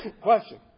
Question